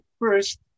first